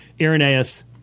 Irenaeus